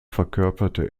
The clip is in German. verkörperte